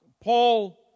Paul